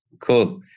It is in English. Cool